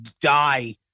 die